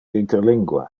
interlingua